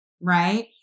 right